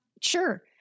Sure